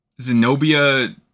Zenobia